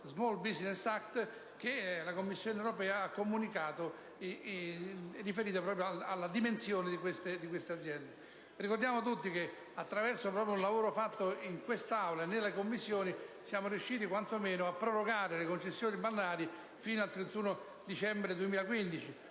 dalla Commissione europea, riferito proprio alla dimensione di tali aziende. Ricordiamo a tutti che proprio attraverso il lavoro fatto in questa Aula e nelle Commissioni siamo riusciti quanto meno a prorogare le concessioni balneari fino al 31 dicembre 2015.